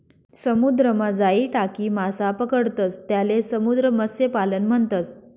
समुद्रमा जाई टाकी मासा पकडतंस त्याले समुद्र मत्स्यपालन म्हणतस